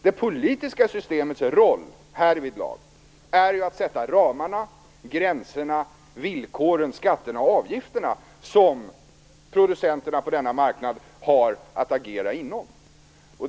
Det politiska systemets roll härvidlag är att sätta ramarna, gränserna, villkoren, skatterna och avgifterna som producenterna på denna marknad har att agera inom.